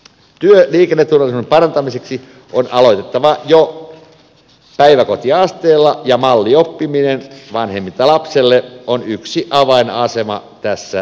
työ liikenneturvan parantamiseksi on aloitettava jo päiväkotiasteella ja mallioppiminen vanhemmilta lapselle on yksi avainasema tässä